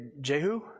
Jehu